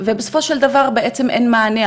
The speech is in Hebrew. בסופו של דבר בעצם אין מענה,